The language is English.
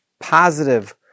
positive